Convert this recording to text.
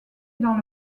dans